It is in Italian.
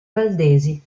valdesi